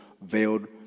veiled